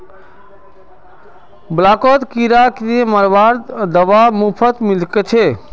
ब्लॉकत किरा मरवार दवा मुफ्तत मिल छेक